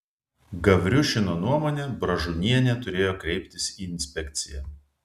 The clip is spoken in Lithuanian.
gavriušino nuomone bražunienė turėjo kreiptis į inspekciją